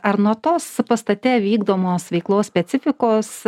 ar nuo tos pastate vykdomos veiklos specifikos